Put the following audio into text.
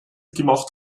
gemacht